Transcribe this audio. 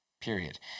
period